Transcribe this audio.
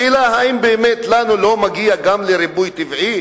השאלה: האם באמת לנו לא מגיע גם לריבוי טבעי?